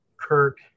Kirk